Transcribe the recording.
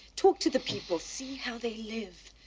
talk to the people. see how they live